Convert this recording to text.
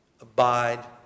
abide